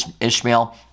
Ishmael